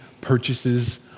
purchases